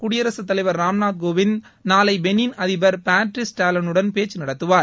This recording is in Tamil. குடியரசுத் தலைவர் ராம்நாத் கோவிந்த் நாளை பெளின் அதிபர் பேட்ரிஸ் தாலோனுடன் பேச்சு நடத்துவார்